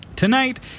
Tonight